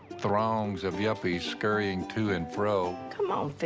throngs of yuppies scurrying to and fro. come on,